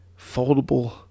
foldable